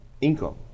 income